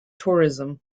tourism